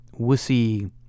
wussy